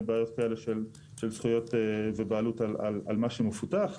בעיות כאלה של זכויות ובעלות על מה שמפותח,